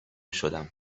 شدم